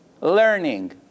learning